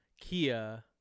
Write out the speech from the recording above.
Kia